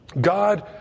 God